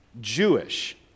Jewish